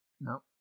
No